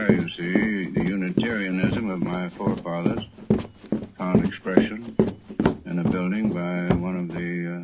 ah you see the unitarianism of my forefathers found expression in a building by one of the